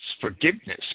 forgiveness